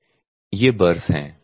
ये बर्स हैं